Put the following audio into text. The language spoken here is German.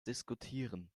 diskutieren